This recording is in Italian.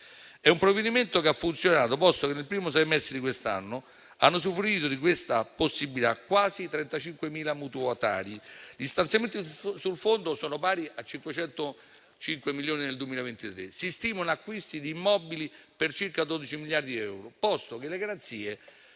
È un provvedimento che ha funzionato, posto che nel primo semestre di quest’anno hanno usufruito di questa possibilità quasi 35.000 mutuatari. Gli stanziamenti sul Fondo sono pari a 505 milioni nel 2023; si stimano acquisti di immobili per circa 12 miliardi di euro, posto che le garanzie